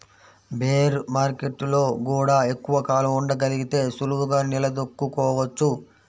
bear మార్కెట్టులో గూడా ఎక్కువ కాలం ఉండగలిగితే సులువుగా నిలదొక్కుకోవచ్చు